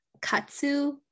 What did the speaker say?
katsu